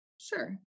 sure